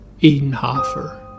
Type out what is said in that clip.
Edenhofer